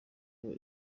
aho